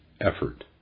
effort